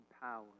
power